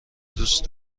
دوست